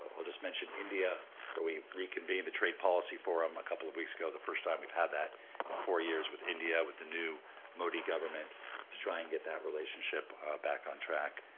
i'll just mention india where we reconvened the trade policy forum a couple of weeks ago, the first time we've had that in four years with india with the new modi government to try and get that relationship back on track,